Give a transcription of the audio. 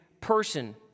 person